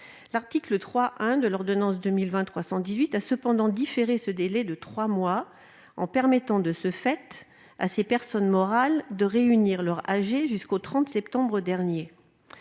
l'article 3-1 de l'ordonnance n° 2020-318 a différé ce délai de trois mois, permettant de ce fait à ces personnes morales de réunir leur assemblée générale jusqu'au 30 septembre dernier.